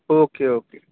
okay okay